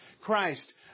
Christ